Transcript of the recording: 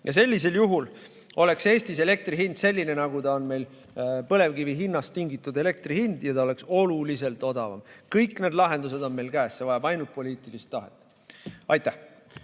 Sellisel juhul oleks Eestis elektri hind selline, nagu on meil põlevkivi hinnast tingitud elektri hind, ja ta oleks oluliselt odavam. Kõik need lahendused on meil käes, see vajab ainult poliitilist tahet. Aitäh!